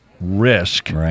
risk